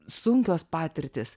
sunkios patirtys